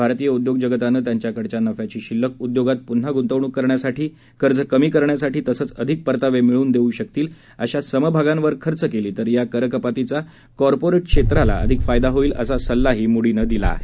भारतीय उद्योग जगतानं त्यांच्याकडच्या नफ्याची शिल्लक उद्योगात पुन्हा गुंतवणूक करण्यासाठी कर्ज कमी करण्यासाठी तसंच अधिक परतावे मिळवून देऊ शकतील अशा समभागांवर खर्च केली तर या कर कपातीचा कॉर्पोरेट क्षेत्राला अधिक फायदा होईल असा सल्लाही मुडीनं दिला आहे